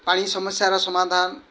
ପାଣି ସମସ୍ୟାର ସମାଧାନ